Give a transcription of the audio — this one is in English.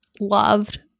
loved